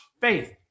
faith